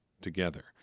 together